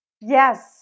yes